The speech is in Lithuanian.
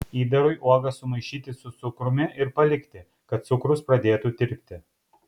įdarui uogas sumaišyti su cukrumi ir palikti kad cukrus pradėtų tirpti